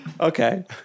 Okay